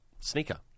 sneaker